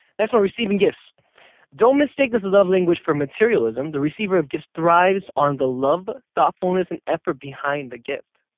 next one, receiving gifts don't mistake this love language for materialism. the receiver of gifts thrives on the love of thoughtfulness and effort behind the gift.